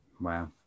wow